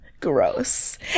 Gross